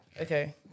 okay